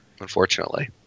Unfortunately